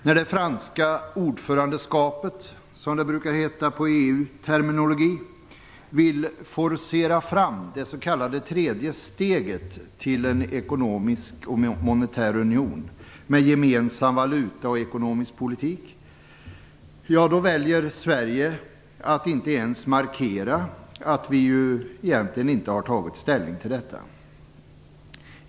När det franska ordförandeskapet vill, som det brukar heta på EU-terminologi, forcera fram det s.k. tredje steget till en ekonomisk och monetär union med gemensam valuta och ekonomisk politik, väljer Sverige att inte ens markera att vi egentligen inte har tagit ställning till detta.